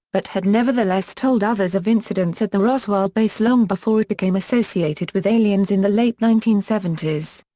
but had nevertheless told others of incidents at the roswell base long before it became associated with aliens in the late nineteen seventy s.